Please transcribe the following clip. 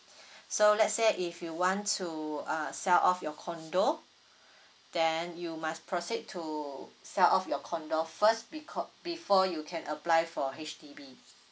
so let's say if you want to uh sell off your condo then you must proceed to sell off your condo first becau~ before you can apply for H_D_B